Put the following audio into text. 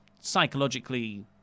psychologically